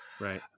Right